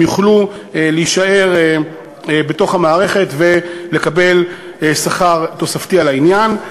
הם יוכלו להישאר בתוך המערכת ולקבל שכר תוספתי על העניין.